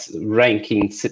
ranking